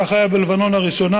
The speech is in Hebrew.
כך היה במלחמת לבנון הראשונה,